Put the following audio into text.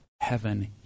heaven